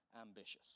ambitious